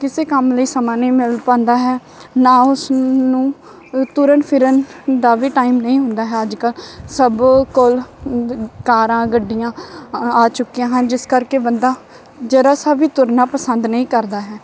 ਕਿਸੇ ਕੰਮ ਲਈ ਸਮਾਂ ਨਹੀਂ ਮਿਲ ਪਾਉਂਦਾ ਹੈ ਨਾ ਉਸਨੂੰ ਤੁਰਨ ਫਿਰਨ ਦਾ ਵੀ ਟਾਈਮ ਨਹੀਂ ਹੁੰਦਾ ਹੈ ਅੱਜ ਕੱਲ੍ਹ ਸਭ ਕੋਲ ਕਾਰਾਂ ਗੱਡੀਆਂ ਆ ਚੁੱਕੀਆਂ ਹਨ ਜਿਸ ਕਰਕੇ ਬੰਦਾ ਜਰਾ ਸਾ ਵੀ ਤੁਰਨਾ ਪਸੰਦ ਨਹੀਂ ਕਰਦਾ ਹੈ